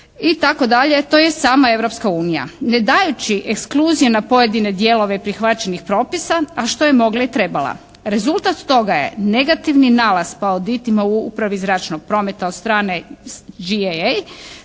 i tako dalje, tj. sama Europska unija. Ne dajući ekskluzije na pojedine dijelove prihvaćenih propisa a što je mogla i trebala. Rezultat toga je negativni nalaz … /Govornica se ne razumije./ … u upravi zračnog prometa od strane «GAA».